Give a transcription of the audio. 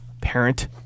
parent